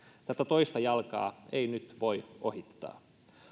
tätä toista jalkaa ei nyt voi ohittaa